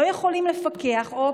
לא יכולים לפקח עליהם,